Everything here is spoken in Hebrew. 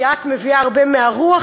כי את מביאה הרבה מהרוח,